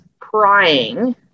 prying